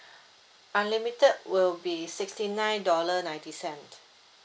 unlimited will be sixty nine dollar ninety cent